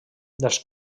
dels